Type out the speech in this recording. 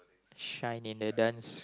shy in the dance